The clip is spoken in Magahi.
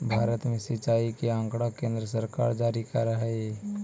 भारत में सिंचाई के आँकड़ा केन्द्र सरकार जारी करऽ हइ